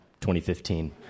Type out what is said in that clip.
2015